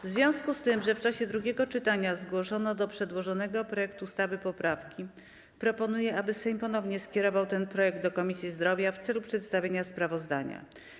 W związku z tym, że w czasie drugiego czytania zgłoszono do przedłożonego projektu ustawy poprawki, proponuję, aby Sejm ponownie skierował ten projekt do Komisji Zdrowia w celu przedstawienia sprawozdania.